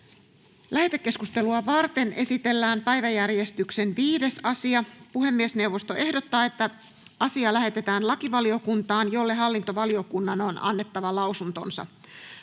Lähetekeskustelua varten esitellään päiväjärjestyksen 5. asia. Puhemiesneuvosto ehdottaa, että asia lähetetään lakivaliokuntaan, jolle hallintovaliokunnan on annettava lausuntonsa.